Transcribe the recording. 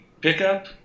pickup